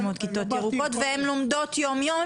600 כיתות ירוקות והן לומדות יום יום,